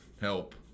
Help